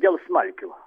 dėl smalkių